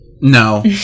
No